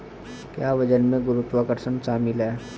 क्या वजन में गुरुत्वाकर्षण शामिल है?